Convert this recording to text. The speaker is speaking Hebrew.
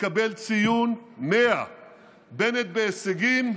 מקבל ציון 100. בנט, בהישגים,